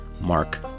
Mark